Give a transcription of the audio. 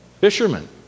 Fishermen